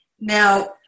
Now